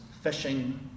fishing